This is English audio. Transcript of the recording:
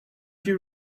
you